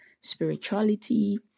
spirituality